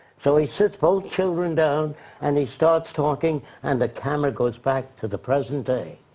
so, he sits both children down and he starts talking and the camera goes back to the present day.